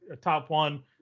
top-one